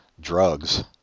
drugs